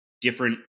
different